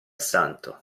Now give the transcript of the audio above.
santo